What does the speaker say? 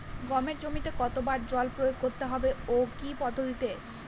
গমের জমিতে কতো বার জল প্রয়োগ করতে হবে ও কি পদ্ধতিতে?